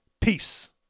Peace